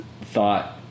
thought